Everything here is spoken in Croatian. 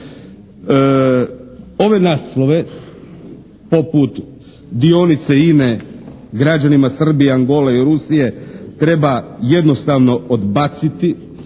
Ove naslove poput dionice INA-e građanima Srbije, Angole i Rusije treba jednostavno odbaciti.